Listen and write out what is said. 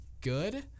good